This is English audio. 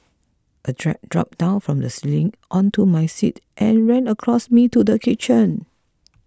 a drat dropped down from the ceiling onto my seat and ran across me to the kitchen